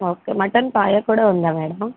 okay mutton paya కూడా ఉందా madam